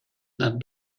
that